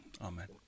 amen